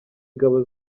ingabo